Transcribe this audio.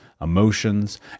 emotions